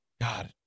God